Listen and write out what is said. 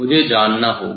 मुझे जानना होगा